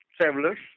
travelers